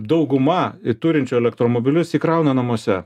dauguma turinčių elektromobilius įkrauna namuose